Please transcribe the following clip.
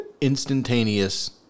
instantaneous